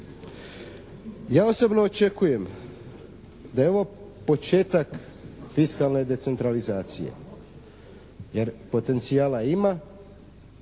Ja osobno očekujem da je ovo početak fiskalne decentralizacije jer potencijala ima